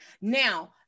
Now